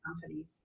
Companies